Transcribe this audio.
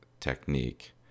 Technique